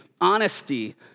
honesty